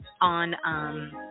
on